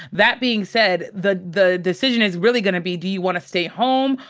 that being said, the the decision is really gonna be, do you want to stay home,